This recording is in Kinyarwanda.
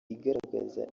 igaragaza